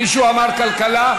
מישהו אמר כלכלה?